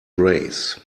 grace